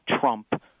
Trump